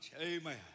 Amen